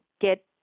get